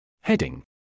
Heading